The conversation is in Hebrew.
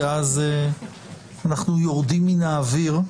כי אז אנחנו יורדים מן האוויר,